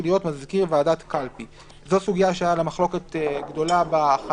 להיות מזכיר ועדת קלפי."; זו סוגיה שבהכנה לקריאה ראשונה